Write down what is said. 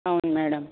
అవును మేడం